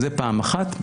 זה פעם אחת.